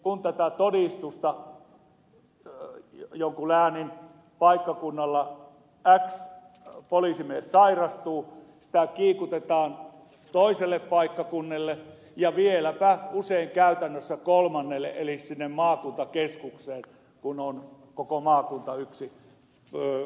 kun jonkun läänin paikkakunnalla x poliisimies sairastuu sairaustodistusta kiikutetaan toiselle paikkakunnalle ja vieläpä usein käytännössä kolmannelle eli sinne maakuntakeskukseen kun koko maakunta on yksi kihlakunta